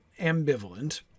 ambivalent